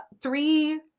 three